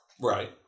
Right